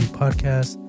podcast